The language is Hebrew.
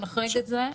אנחנו נחריג את זה,